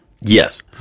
Yes